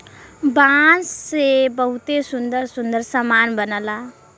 बांस से बहुते सुंदर सुंदर सामान बनला